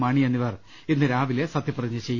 മാണി എന്നിവർ ഇന്ന് രാവിലെ സത്യപ്രതിജ്ഞ ചെയ്യും